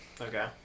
Okay